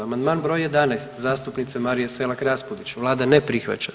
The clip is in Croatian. Amandman br. 11 zastupnice Marije Selak Raspudić, Vlada ne prihvaća.